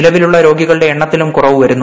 നിലവിലുള്ള ര്യൂഗികളുടെ എണ്ണത്തിലും കുറവു വരുന്നു